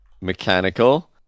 Mechanical